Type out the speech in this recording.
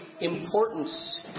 importance